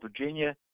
Virginia